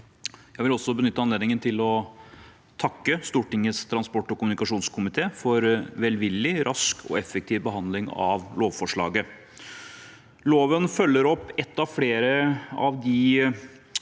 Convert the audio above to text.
Jeg vil også benytte anledningen til å takke Stortingets transport- og kommunikasjonskomité for velvillig, rask og effektiv behandling av lovforslaget. Loven følger opp et av flere av de